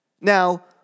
Now